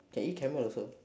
can eat camel also